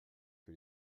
que